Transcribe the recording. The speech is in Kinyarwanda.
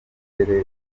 bongere